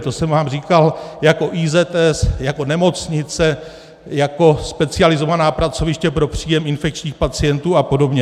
To jsem vám říkal jako IZS, jako nemocnice, jako specializovaná pracoviště pro příjem infekčních pacientů apod.